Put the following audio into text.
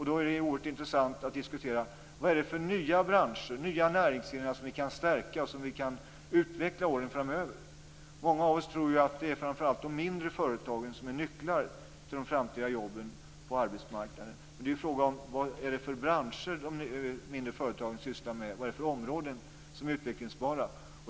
Då är det oerhört intressant att diskutera vad det är för nya branscher, nya näringsgrenar som vi kan stärka och som vi kan utveckla under åren framöver. Många av oss tror ju att det framför allt är de mindre företagen som är nycklar till de framtida jobben på arbetsmarknaden. Frågan är vad det är för branscher de mindre företagen sysslar med, vad det är för områden som är utvecklingsbara.